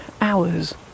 hours